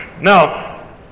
Now